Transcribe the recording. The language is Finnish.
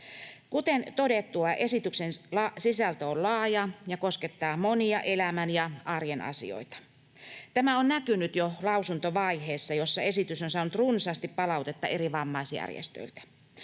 Kuten todettua, esityksen sisältö on laaja ja koskettaa monia elämän ja arjen asioita. Tämä on näkynyt jo lausuntovaiheessa, jossa esitys on saanut runsaasti palautetta eri vammaisjärjestöiltä.